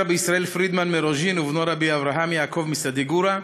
רבי ישראל פרידמן מרוז'ין ובנו רבי אברהם יעקב מסדיגורא,